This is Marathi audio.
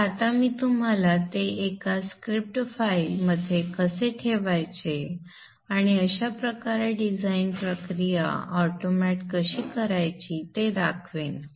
तर आता मी तुम्हाला ते एका स्क्रिप्ट फाईल मध्ये कसे ठेवायचे आणि अशा प्रकारे डिझाइन प्रक्रिया ऑटोमॅट कशी करायची ते दाखवेन